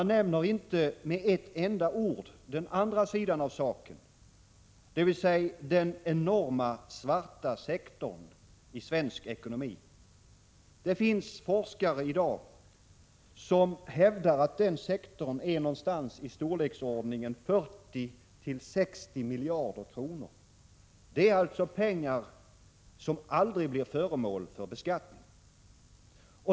De nämner inte med ett enda ord den andra sidan av saken, dvs. den enorma svarta sektorn i svensk ekonomi. Det finns forskare som hävdar att denna sektor i dag är i storleksordningen 40—60 miljarder kronor. Det är alltså pengar som aldrig blir föremål för beskattning.